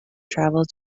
travels